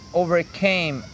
overcame